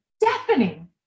deafening